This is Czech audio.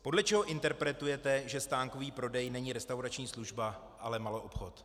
Podle čeho interpretujete, že stánkový prodej není restaurační služba, ale maloobchod?